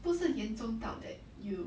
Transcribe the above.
不是严重到 that you